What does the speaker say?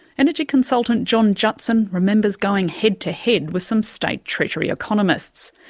energy consultant john jutson remembers going head-to-head with some state treasury economists.